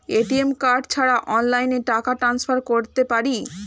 ATM card ছাড়া অনলাইনে টাকা টান্সফার করতে পারি?